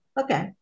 okay